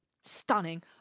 stunning